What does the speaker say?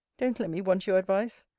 don't let me want you advice.